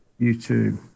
YouTube